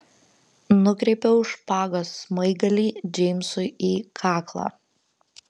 nukreipiau špagos smaigalį džeimsui į kaklą